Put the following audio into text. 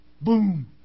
Boom